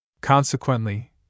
Consequently